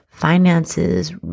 finances